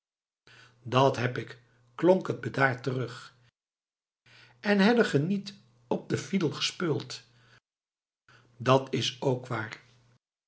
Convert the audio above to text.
dat heb ik klonk het bedaard terug en hed de gij niet op de fidel gespeuld dat is ook waar